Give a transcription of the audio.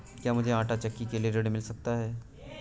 क्या मूझे आंटा चक्की के लिए ऋण मिल सकता है?